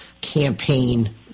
campaign